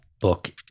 book